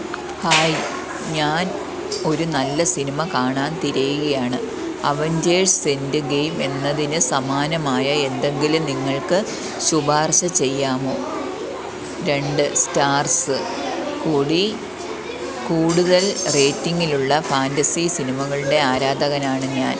hi ഞാൻ ഒരു നല്ല സിനിമ കാണാൻ തിരയുകയാണ് അവഞ്ചേഴ്സ് എൻഡ് ഗെയിം എന്നതിന് സമാനമായ എന്തെങ്കിലും നിങ്ങൾക്ക് ശുപാർശ ചെയ്യാമോ രണ്ട് സ്റ്റാർസ് കൂടി കൂടുതൽ റേറ്റിംഗിലുള്ള ഫാൻ്റസി സിനിമകളുടെ ആരാധകനാണ് ഞാൻ